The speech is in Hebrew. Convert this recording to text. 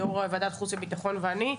יושב-ראש ועדת החוץ והביטחון ואני,